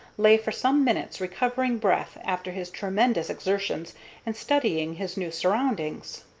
lay for some minutes recovering breath after his tremendous exertions and studying his new surroundings.